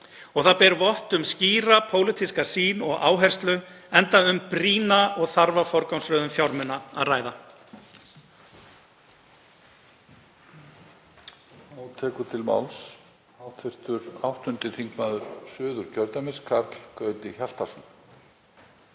Og það ber vott um skýra pólitíska sýn og áherslu enda um brýna og þarfa forgangsröðun fjármuna að ræða.